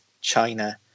China